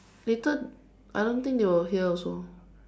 later I don't think they will hear also